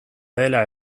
dela